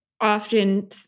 often